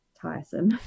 tiresome